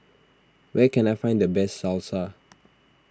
where can I find the best Salsa